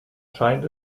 scheint